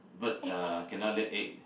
bird uh cannot lay egg